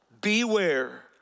beware